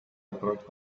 approached